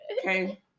Okay